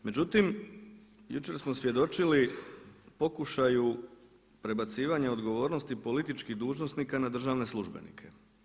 Međutim, jučer smo svjedočili pokušaju prebacivanja odgovornosti političkih dužnosnika na državne službenike.